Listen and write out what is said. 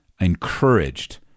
encouraged